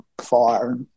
fire